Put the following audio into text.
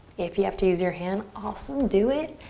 if you have to use your hand, awesome, do it.